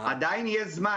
עדיין יש זמן.